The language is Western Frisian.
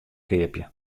keapje